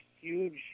huge